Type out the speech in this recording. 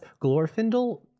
Glorfindel